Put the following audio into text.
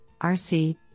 RC